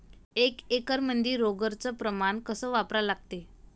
एक एकरमंदी रोगर च प्रमान कस वापरा लागते?